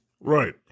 Right